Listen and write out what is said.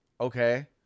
okay